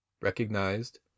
recognized